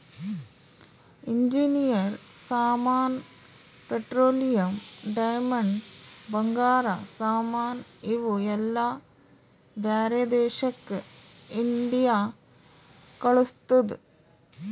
engineer ಸಾಮಾನ್, petroleum, diamond, ಬಂಗಾರ ಸಾಮಾನ್ ಇವು ಎಲ್ಲಾ ಬ್ಯಾರೆ ದೇಶಕ್ ಇಂಡಿಯಾ ಕಳುಸ್ತುದ್